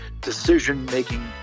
decision-making